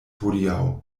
hodiaŭ